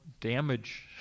damage